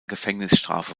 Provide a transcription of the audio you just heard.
gefängnisstrafe